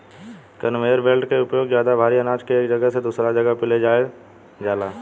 conveyor belt के उपयोग ज्यादा भारी आनाज के एक जगह से दूसरा जगह पर ले जाईल जाला